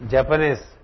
Japanese